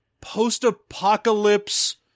post-apocalypse